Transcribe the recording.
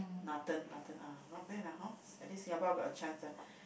Nathan Nathan ah not bad ah hor at least Singapore Got a chance lah